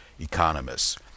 Economists